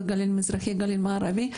בגליל המזרחי ובגליל המערבי,